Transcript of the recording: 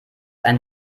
ein